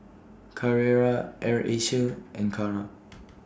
Carrera Air Asia and Kara